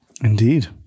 indeed